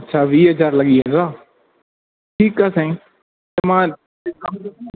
अच्छा वीह हज़ार लॻी वेंदा ठीक आहे साईं त मां